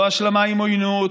לא השלמה עם עוינות,